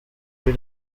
kuri